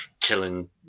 killing